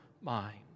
mind